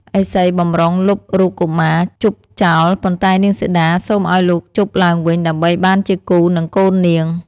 ឥសីបម្រុងលុបរូបកុមារជប់ចោល ប៉ុន្តែនាងសីតាសូមឱ្យលោកជប់ឡើងវិញដើម្បីបានជាគូ នឹងកូននាង។